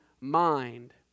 mind